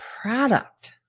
product